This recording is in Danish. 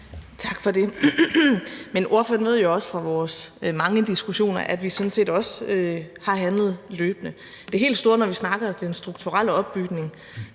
Tak for det. Ordføreren ved jo også fra vores mange diskussioner, at vi sådan set også har handlet løbende. Det helt store, når vi snakker den strukturelle opbygning,